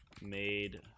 made